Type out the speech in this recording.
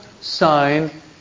sign